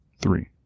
Three